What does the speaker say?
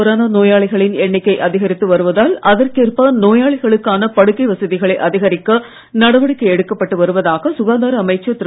corona நோயாளிகளின் புதுச்சேரியில் எண்ணிக்கை அதிகரித்து வருவதால் அதற்கேற்ப நோயாளிகளுக்கான படுக்கை வசதிகளை அதிகரிக்க நடவடிக்கை எடுக்கப்பட்டு வருவதாக சுகாதார அமைச்சர் திரு